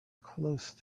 close